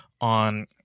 on